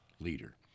Leader